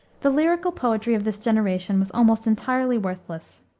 the lyrical poetry of this generation was almost entirely worthless.